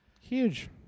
Huge